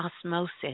osmosis